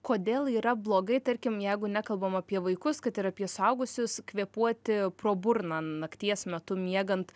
kodėl yra blogai tarkim jeigu nekalbam apie vaikus kad ir apie suaugusius kvėpuoti pro burną nakties metu miegant